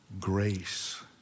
grace